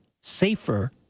safer